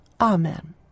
amen